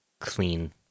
clean